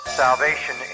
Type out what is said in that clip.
salvation